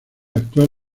actual